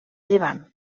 llevant